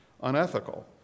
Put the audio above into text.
unethical